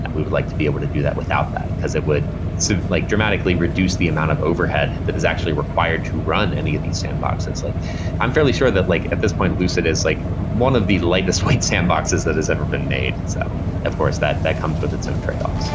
we would like to be able to do that without that, because it would so like dramatically reduce the amount of overhead that is actually required to run any of these sandboxes. like i'm fairly sure that like at this point, lucet is like one of the lightest weight sandboxes that has ever been made. so of course, that that comes with its own tradeoffs.